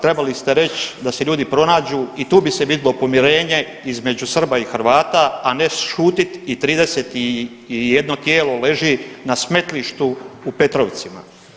Trebali ste reći da si ljudi pronađu i tu bi se vidjelo pomirenje između Srba i Hrvata, a ne šutit i 31 tijelo leži na smetlištu u Petrovcima.